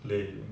lame